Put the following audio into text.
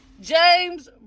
James